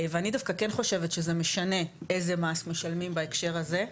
ואני דווקא כן חושבת שזה משנה איזה מס משלמים בהקשר הזה,